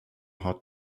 hot